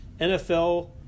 nfl